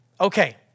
Okay